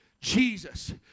Jesus